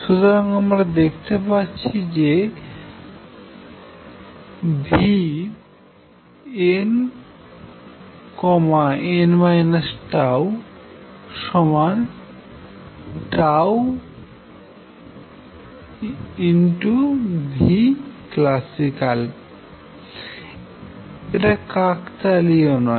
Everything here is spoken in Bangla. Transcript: সুতরাং আমরা দেখতে পাচ্ছি যে nn τ clasicalকাকতালীয় নয়